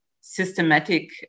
systematic